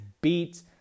beat